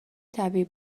طبیعی